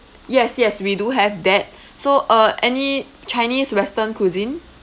yes yes we do have that so uh any chinese western cuisine